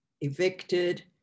evicted